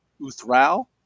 Uthral